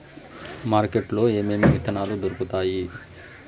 market లో ఏమేమి విత్తనాలు దొరుకుతాయి